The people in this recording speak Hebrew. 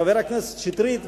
חבר הכנסת שטרית,